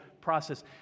process